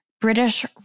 British